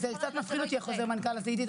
--- זה קצת מפחיד אותי החוזר מנכ"ל הזה עידית,